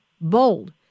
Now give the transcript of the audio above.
bold